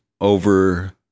over